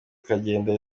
ikagenda